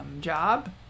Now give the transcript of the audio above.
job